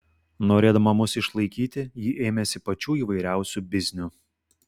norėdama mus išlaikyti ji ėmėsi pačių įvairiausių biznių